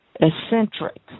eccentric